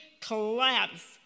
collapse